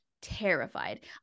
terrified